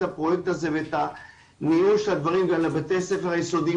הפרויקט הזה ואת הניהול של הדברים גם לבתי הספר היסודיים,